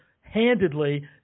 handedly